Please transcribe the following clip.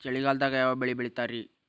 ಚಳಿಗಾಲದಾಗ್ ಯಾವ್ ಬೆಳಿ ಬೆಳಿತಾರ?